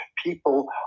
People